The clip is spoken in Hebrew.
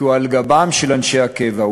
כי הוא על גבם של אנשי הקבע.